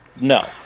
No